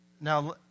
Now